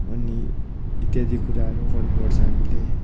अनि इत्यादि कुराहरू गर्नुपर्छ हामीले